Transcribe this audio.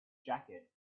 jacket